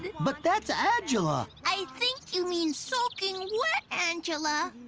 but that's angela. i think you mean soaking wet angela?